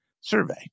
survey